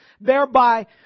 thereby